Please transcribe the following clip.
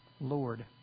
Lord